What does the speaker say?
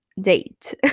date